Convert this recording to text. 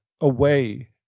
away